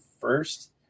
first